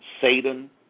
Satan